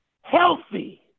healthy